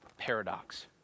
paradox